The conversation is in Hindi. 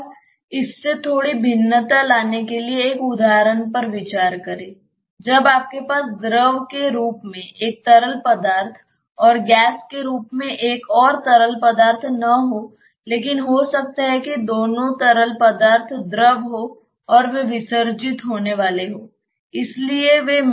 अब इससे थोड़ी भिन्नता लाने के लिए एक उदाहरण पर विचार करें जब आपके पास द्रव के रूप में एक तरल पदार्थ और गैस के रूप में एक और तरल पदार्थ न हो लेकिन हो सकता है कि दोनों तरल पदार्थ द्रव हों और वे विसर्जित होने वाले हों